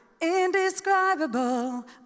indescribable